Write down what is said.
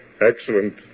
excellent